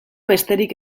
besterik